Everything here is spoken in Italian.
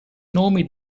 nomi